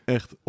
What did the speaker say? Echt